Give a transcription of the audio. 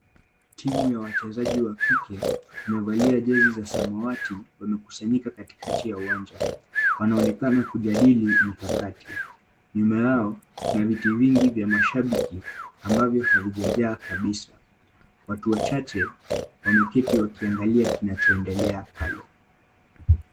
Timu ya wachezaji wa kike, wamevalia jezi za samawati, wamekusanyika katikati ya uwanja. Wanaonekana kujadili mikakati. Nyuma yao kuna viti vingi vya mashabiki ambavyo havijajaa kabisa. Watu wachache wameketi wakiangalia kinachoendelea pale.